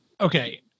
Okay